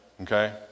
okay